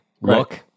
look